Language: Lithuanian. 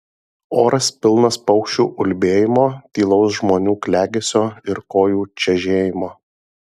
oras pilnas paukščių ulbėjimo tylaus žmonių klegesio ir kojų čežėjimo